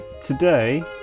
today